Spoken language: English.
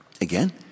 Again